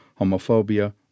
Homophobia